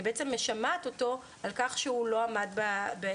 אני בעצם משמעת אותו על כך שהוא לא עמד בתקנות.